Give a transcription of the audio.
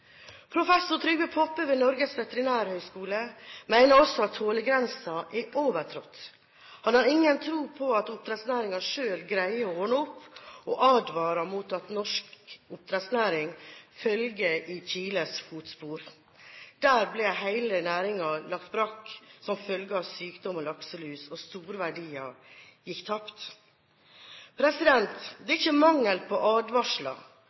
Professor Trygve Poppe ved Norges veterinærhøgskole mener også at tålegrensen er overtrådt. Han har ingen tro på at oppdrettsnæringen selv greier å ordne opp, og advarer mot at norsk oppdrettsnæring følger i Chiles fotspor. Der ble hele næringen lagt brakk som følge av sykdom og lakselus, og store verdier gikk tapt. Det er ikke mangel på advarsler